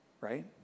right